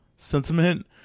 sentiment